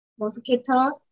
Mosquitoes